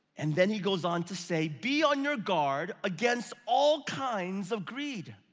and then he goes on to say, be on your guard against all kinds of greed.